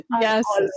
yes